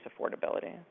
affordability